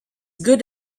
good